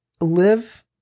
live